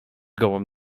gołąb